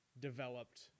developed